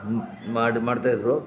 ಮ್ ಮಾಡಿ ಮಾಡ್ತಾಯಿದ್ದರು